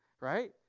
right